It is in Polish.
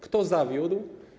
Kto zawiódł?